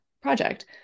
project